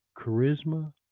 charisma